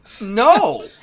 No